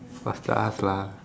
faster ask lah